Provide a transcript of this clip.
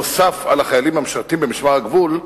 נוסף על החיילים המשרתים במשמר הגבול,